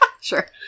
Sure